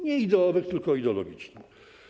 Nie ideowych, tylko ideologicznych.